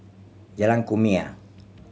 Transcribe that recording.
Jalan Kumia